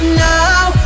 now